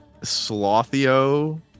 slothio